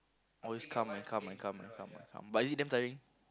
always come and come and come and come and come but is it damn tiring